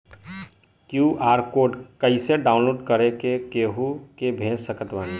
QR code कइसे download कर के केहु के भेज सकत बानी?